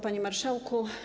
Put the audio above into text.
Panie Marszałku!